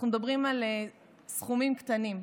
אנחנו מדברים על סכומים קטנים,